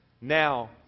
Now